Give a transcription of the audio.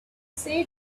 said